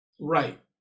Right